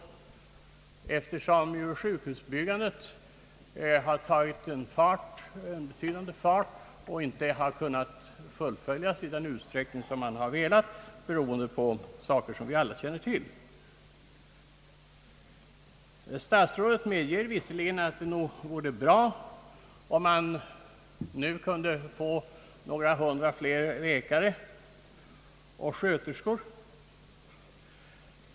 Sjukhusbyggandet har ju tagit en betydande fart men har inte kunnat fullföljas i den utsträckning som man har önskat, beroende på omständigheter som vi alla känner till. Statsrådet medger visserligen att det nog vore bra, om vi kunde få ytterligare något hundratal läkare och sjuksköterskor.